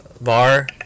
bar